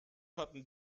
hatten